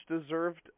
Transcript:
deserved